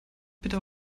bitte